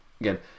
Again